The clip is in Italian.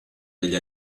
degli